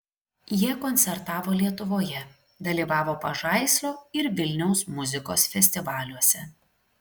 jie koncertavo lietuvoje dalyvavo pažaislio ir vilniaus muzikos festivaliuose